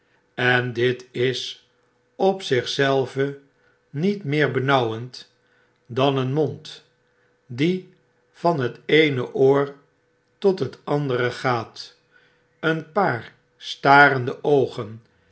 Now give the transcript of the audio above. en dit is op zich zelve niet meer benauwend dan een tnond die van het eene oor tot bet andere gaat een paar starende oogen